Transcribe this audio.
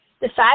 decide